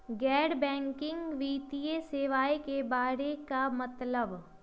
गैर बैंकिंग वित्तीय सेवाए के बारे का मतलब?